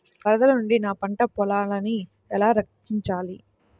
వరదల నుండి నా పంట పొలాలని ఎలా రక్షించాలి?